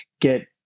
get